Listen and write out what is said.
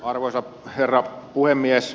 arvoisa herra puhemies